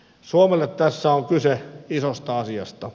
suomelle tässä on kyse isosta asiasta